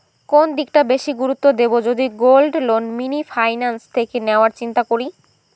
কোন দিকটা বেশি করে গুরুত্ব দেব যদি গোল্ড লোন মিনি ফাইন্যান্স থেকে নেওয়ার চিন্তা করি?